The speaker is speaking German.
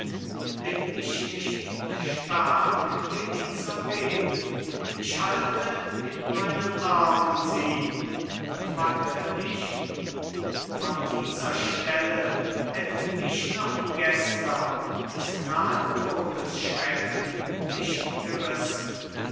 bin ich nicht stark elisabeth ich halte in meinen armen sie und wanke nicht von dieser stelle hätten mich noch gestern des nahen todes schrecken nicht gerissen